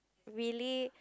really